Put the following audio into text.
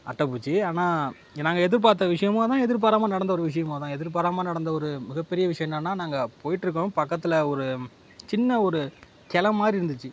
அட்டைப்பூச்சி ஆனால் நாங்கள் எதிர்பார்த்த விஷயமும் அதுதான் எதிர்பாராமல் நடந்த விஷயமும் அதுதான் எதிர்பாராமல் நடந்த ஒரு மிகப்பெரிய விஷயம் என்னென்னா நாங்கள் போயிட்டுருக்கோம் பக்கத்தில் ஒரு சின்ன ஒரு கிளை மாதிரி இருந்துச்சு